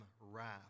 wrath